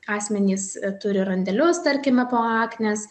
asmenys turi randelius tarkime po aknės